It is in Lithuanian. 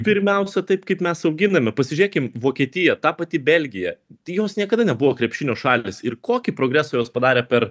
pirmiausia taip kaip mes auginame pasižiūrėkim vokietija ta pati belgija jos niekada nebuvo krepšinio šalys ir kokį progresą jos padarė per